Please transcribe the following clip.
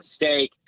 mistake